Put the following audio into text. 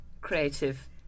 creative